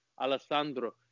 Alessandro